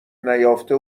نیافته